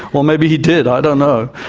or maybe he did, i don't know.